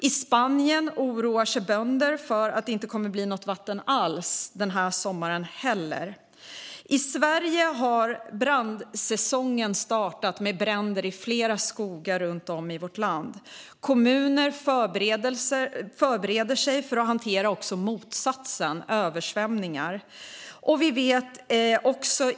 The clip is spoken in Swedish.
I Spanien oroar sig bönder för att det inte kommer att bli något vatten alls den här sommaren heller. I Sverige har brandsäsongen startat med bränder i flera skogar runt om i vårt land. Kommuner förbereder sig för att hantera också motsatsen, översvämningar. Älvar drabbas.